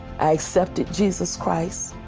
i accepted jesus christ.